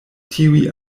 tiuj